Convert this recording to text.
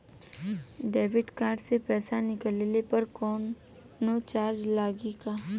Debit card से पैसा निकलले पर कौनो चार्ज लागि का?